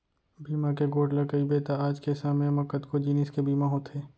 बीमा के गोठ ल कइबे त आज के समे म कतको जिनिस के बीमा होथे